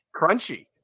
Crunchy